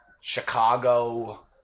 Chicago